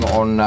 on